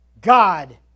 God